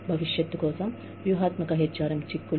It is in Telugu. భవిష్యత్తు కోసం వ్యూహాత్మక HRM చిక్కులు